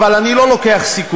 אבל אני לא לוקח סיכונים.